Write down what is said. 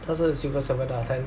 他是 civil servant 的 ah